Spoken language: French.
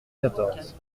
quatorze